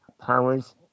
powers